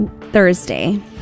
Thursday